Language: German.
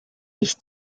ich